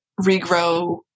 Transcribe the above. regrow